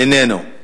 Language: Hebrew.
איננו.